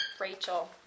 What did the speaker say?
Rachel